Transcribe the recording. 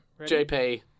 JP